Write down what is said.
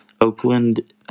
Oakland